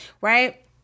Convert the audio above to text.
right